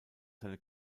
seine